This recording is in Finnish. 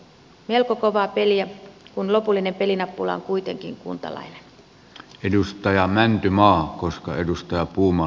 melko kovaa peliä kun lopullinen pelinappula on kuitenkin kuntalainen